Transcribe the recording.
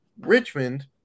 Richmond